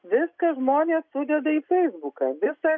viską žmonės sudeda į feisbuką visą